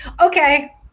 Okay